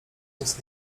móc